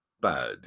bad